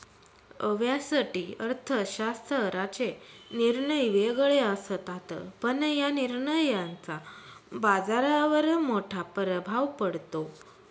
व्यष्टि अर्थशास्त्राचे निर्णय वेगळे असतात, पण या निर्णयांचा बाजारावर मोठा प्रभाव पडतो